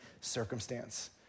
circumstance